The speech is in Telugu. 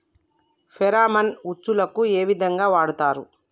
ఫెరామన్ ఉచ్చులకు ఏ విధంగా వాడుతరు?